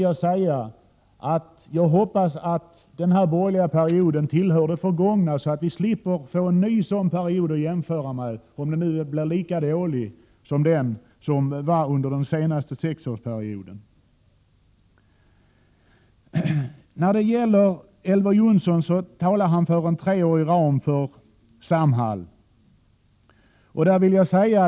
Jag hoppas då att den borgerliga perioden tillhör det förgångna, så att vi slipper få en ny sådan period att jämföra med, om den blir lika dålig som den senaste sexårsperioden. Elver Jonsson talar för en treårig ram för Samhall.